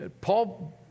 Paul